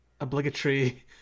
obligatory